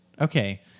Okay